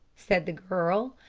said the girl.